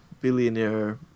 billionaire